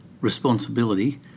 responsibility